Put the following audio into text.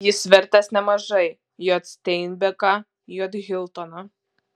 jis vertęs nemažai j steinbeką j hiltoną